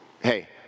Hey